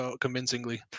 convincingly